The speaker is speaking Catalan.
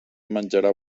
menjarà